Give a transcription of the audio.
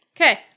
Okay